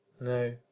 No